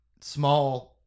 small